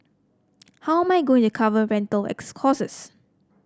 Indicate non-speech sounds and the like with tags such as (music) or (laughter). how am I going to cover rental (unintelligible) costs